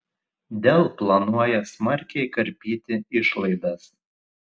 dell planuoja smarkiai karpyti išlaidas